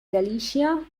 galicia